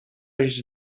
iść